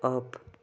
off